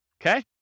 Okay